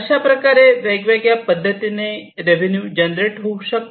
अशाप्रकारे रेवेन्यू वेगवेगळ्या पद्धतीने जनरेट होऊ शकतात